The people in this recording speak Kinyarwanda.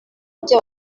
ibyo